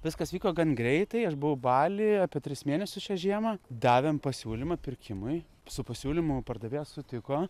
viskas vyko gan greitai aš buvau baly apie tris mėnesius šią žiemą davėm pasiūlymą pirkimui su pasiūlymu pardavėjas sutiko